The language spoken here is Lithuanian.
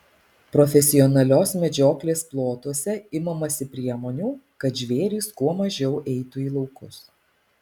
profesionalios medžioklės plotuose imamasi priemonių kad žvėrys kuo mažiau eitų į laukus